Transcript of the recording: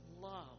love